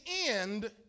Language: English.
end